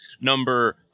number